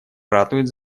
ратует